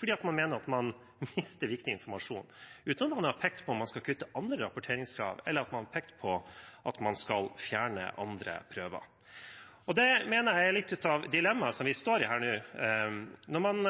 fordi man mener at man mister viktig informasjon – uten at noen har pekt på om man skal kutte andre rapporteringskrav, eller at man skal fjerne andre prøver. Det mener jeg er litt av dilemmaet vi står i her nå: Når man